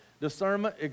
Discernment